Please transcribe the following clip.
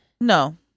no